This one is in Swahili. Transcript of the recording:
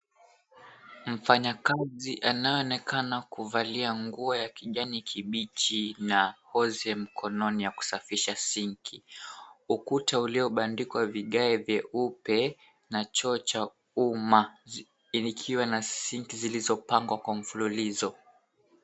Mfanyakazi anaonekana kuvalia nguo ya kijani kibichi na hozi mkononi ya kusafisha sinki. Ukuta uliobandikwa vigae vyeupe na choo cha uma ikiwa na sinki zilizopangwa kwa mfululizo.